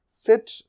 Sit